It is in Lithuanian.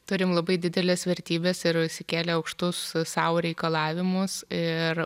turim labai dideles vertybes ir išsikėlę aukštus sau reikalavimus ir